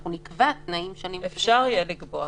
אנחנו נקבע תנאים שונים --- אפשר יהיה לקבוע.